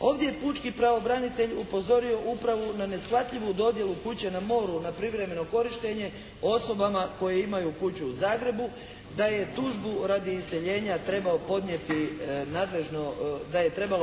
Ovdje je pučki pravobranitelj upozorio upravo na neshvatljivu dodjelu kuće na moru na privremeno korištenje osobama koje imaju kuću u Zagrebu, da je tužbu radi iseljenja trebalo